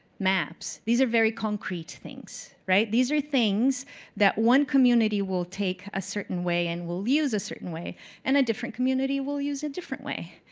maps. these are very concrete things. right? these are things that one community will take a certain way and will use a certain way and a different community will use a different way.